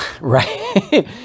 right